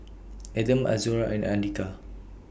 Adam Azura and Andika